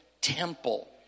temple